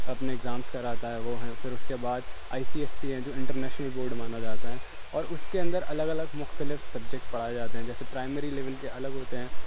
اپنے ایگزامس کراتا ہے وہ ہیں پھر اس کے بعد آئی سی ایس ای ہیں جو انٹر نیشنل بورڈ مانا جاتا ہے اور اس کے اندر الگ الگ مختلف سبجیکٹ پڑھائے جاتے ہیں جیسے پرائمری لیول کے الگ ہوتے ہیں